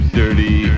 dirty